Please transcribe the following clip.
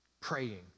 praying